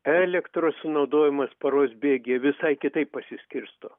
elektros sunaudojimas paros bėgyje visai kitaip pasiskirsto